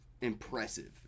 impressive